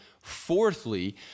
fourthly